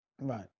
right